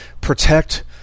protect